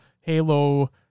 Halo